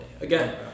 Again